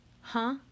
Huh